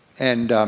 and,